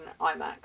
IMAX